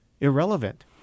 irrelevant